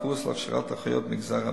קורס להכשרת אחיות מהמגזר הבדואי.